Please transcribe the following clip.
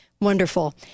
Wonderful